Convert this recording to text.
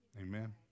Amen